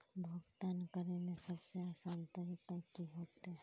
भुगतान करे में सबसे आसान तरीका की होते?